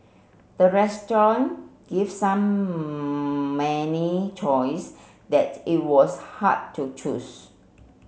the restaurant gave some many choice that it was hard to choose